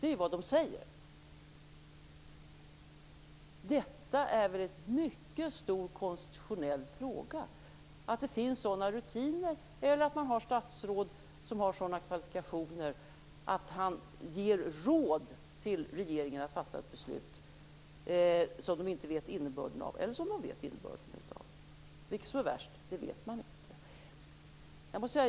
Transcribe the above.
Det är ju vad man säger. Detta är väl en mycket stor konstitutionell fråga: att det finns sådana rutiner, och att man har ett statsråd som har sådana kvalifikationer att han råder regeringen att fatta ett beslut som den inte vet innebörden av - eller som den vet innebörden av. Vilket som är värst vet man inte.